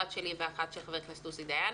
אחת שלי ואחת של חבר הכנסת עוזי דיין.